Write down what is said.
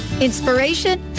inspiration